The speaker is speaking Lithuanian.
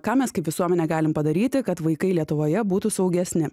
ką mes kaip visuomenė galim padaryti kad vaikai lietuvoje būtų saugesni